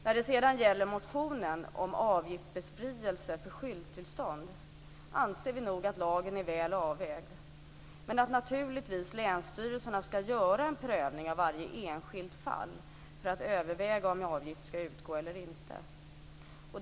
När det sedan gäller motionen om avgiftsbefrielse för skylttillstånd anser vi nog att lagen är väl avvägd, men att länsstyrelserna naturligtvis ska göra en prövning av varje enskilt fall för att överväga om avgift ska utgå eller inte.